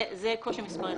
זה קושי מספר אחד.